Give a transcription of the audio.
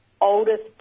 oldest